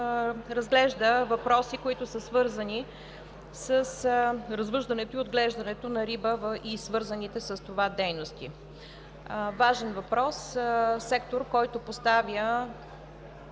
въпроси, свързани с развъждането и отглеждането на риба и свързаните с това дейности – важен въпрос, сектор, който поставя